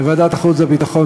לוועדת החוץ והביטחון,